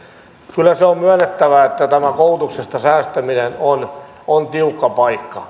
kyllä se on myönnettävä että tämä koulutuksesta säästäminen on on tiukka paikka